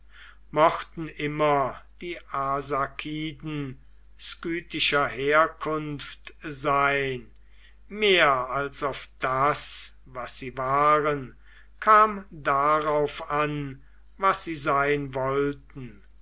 mochten immer die arsakiden skythischer herkunft sein mehr als auf das was sie waren kam darauf an was sie sein wollten